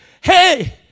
hey